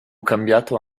cambiato